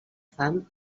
fam